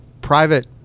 private